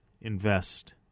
Invest